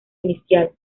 inicial